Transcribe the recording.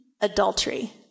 adultery